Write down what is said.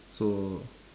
so